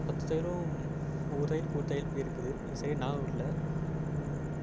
பத்து தையலும் ஒவ்வொரு தையலுக்கு ஒவ்வொரு தையல் பேர்ருக்குது எனக்கு சரியாக ஞாபகம் இல்லை